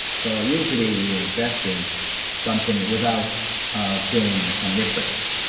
so usually you invest in so something without doing some research.